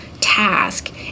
task